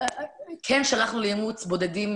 כן שלחנו לאימוץ בודדים,